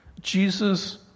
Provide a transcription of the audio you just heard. Jesus